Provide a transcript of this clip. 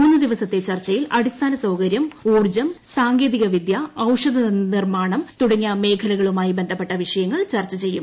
മൂസ്റ്റ് ട്ടിവസത്തെ ചർച്ചയിൽ അടിസ്ഥാന സൌകര്യം ഊർജ്ജം സാ്ങ്കേതിക വിദ്യ ഔഷധ നിർമ്മാണം തുടങ്ങിയ മേഖലക്ക്ളുമായി ബന്ധപ്പെട്ട വിഷയങ്ങൾ ചർച്ച ചെയ്യും